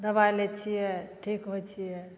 दवाइ लै छिए ठीक होइ छिए